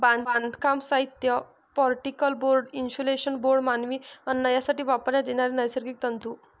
बांधकाम साहित्य, particle board, insulation board, मानवी अन्न यासाठी वापरण्यात येणारे नैसर्गिक तंतू